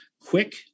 Quick